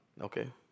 Okay